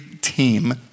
team